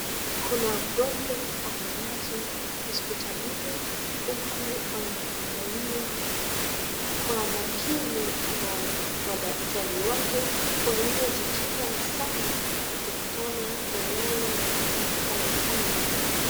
Kuna mgonjwa amelazwa hospitalini, huku anaangaliwa kwa makini na madaktari wake waliojikinga sana kutokana na yale wanayoyafanya pale.